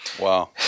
Wow